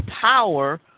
power